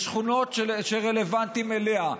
בשכונות שרלוונטיות אליה.